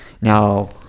now